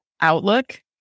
outlook